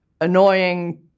annoying